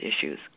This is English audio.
issues